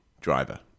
driver